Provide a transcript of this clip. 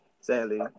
Sadly